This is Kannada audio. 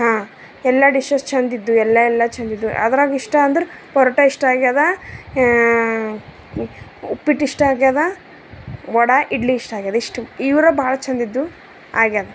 ಹಾಂ ಎಲ್ಲ ಡಿಷಸ್ ಚಂದ್ ಇದ್ದವು ಎಲ್ಲ ಎಲ್ಲ ಚಂದ ಇದ್ದವು ಅದ್ರಾಗ ಇಷ್ಟ ಅಂದ್ರೆ ಪರೋಟ ಇಷ್ಟ ಆಗ್ಯದ ಇ ಉಪ್ಪಿಟ್ಟು ಇಷ್ಟ ಆಗ್ಯದ ವಡೆ ಇಡ್ಲಿ ಇಷ್ಟ ಆಗ್ಯದ ಇಷ್ಟು ಇವ್ರ ಭಾಳ ಚಂದ್ ಇದ್ದವು ಆಗ್ಯದ